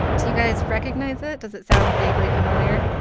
do you guys recognize it? does it sound vaguely familiar?